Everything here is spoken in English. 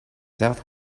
south